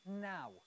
now